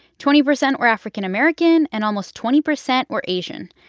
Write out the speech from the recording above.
twenty percent were african-american. and almost twenty percent were asian.